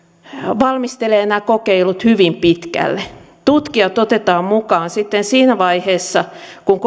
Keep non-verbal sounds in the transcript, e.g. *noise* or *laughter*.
valmistelevat nämä kokeilut hyvin pitkälle tutkijat otetaan mukaan sitten siinä vaiheessa kun *unintelligible*